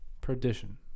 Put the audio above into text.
Perdition